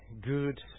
good